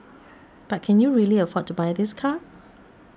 but can you really afford to buy this car